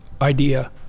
idea